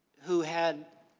who had